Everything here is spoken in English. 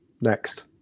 next